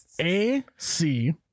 A-C-